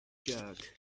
jerk